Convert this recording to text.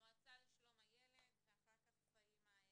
המועצה לשלום הילד ואחר כך פהימה עטאונה.